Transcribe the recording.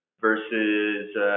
versus